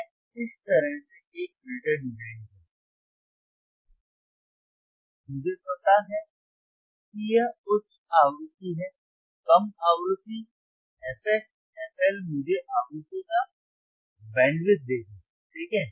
मैं इस तरह से एक फिल्टर डिजाइन करूंगा और मुझे पता है कि यह उच्च आवृत्ति है कम आवृत्ति fH fL मुझे आवृत्ति का बैंडविड्थ देगा ठीक है